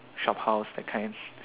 shop house that kind